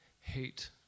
hate